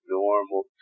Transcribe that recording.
normal